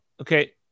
okay